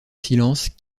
silence